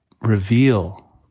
Reveal